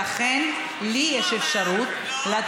ולכן, לי יש אפשרות, הוא לא אמר, לא.